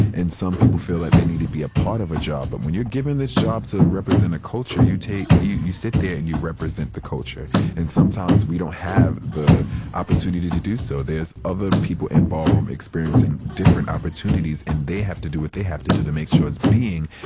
and some people feel that they need to be a part of a job. but when you're given this job to represent a culture, you take, you you sit there and you represent the culture and sometimes we don't have the opportunity to do so, there's other people in ballroom experiencing different opportunities, and they have to do what they have to do to make sure it's being,